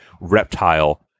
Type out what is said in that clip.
Reptile